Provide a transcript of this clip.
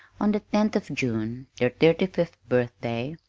on the tenth of june, their thirty-fifth birthday,